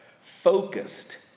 focused